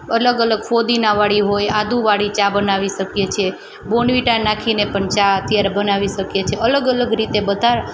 અલગ અલગ ફોદીનાવાળી હોય આદુંવાળી ચા બનાવી શકીએ છીએ બોર્નવિટા નાખીને પણ ચા અત્યારે બનાવી શકીએ છે અલગ અલગ રીતે બધા